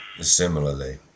similarly